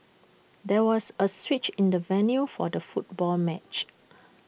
there was A switch in the venue for the football match